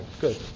good